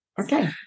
Okay